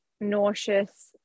nauseous